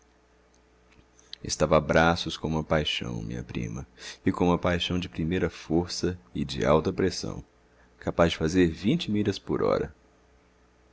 a braços com uma paixão minha prima e com uma paixão de primeira força e de alta pressão capaz de fazer vinte milhas por hora